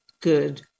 good